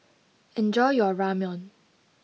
enjoy your Ramen